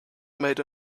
made